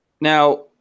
now